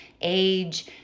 age